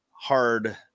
hard